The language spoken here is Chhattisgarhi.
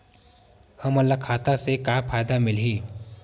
हमन ला खाता से का का फ़ायदा मिलही?